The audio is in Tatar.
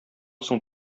соң